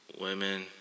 Women